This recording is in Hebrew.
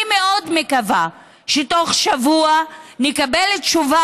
אני מאוד מקווה שבתוך שבוע נקבל תשובה